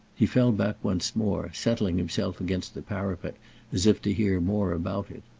he fell back once more, settling himself against the parapet as if to hear more about it.